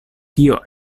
kio